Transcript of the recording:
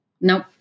Nope